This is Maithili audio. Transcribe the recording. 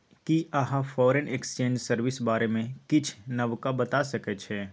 कि अहाँ फॉरेन एक्सचेंज सर्विस बारे मे किछ नबका बता सकै छी